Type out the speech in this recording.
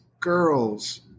girls